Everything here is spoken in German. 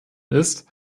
ist